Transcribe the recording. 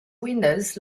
windows